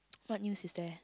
what news is there